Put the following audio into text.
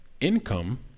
income